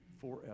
forever